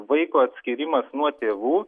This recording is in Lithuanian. vaiko atskyrimas nuo tėvų